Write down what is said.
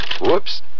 Whoops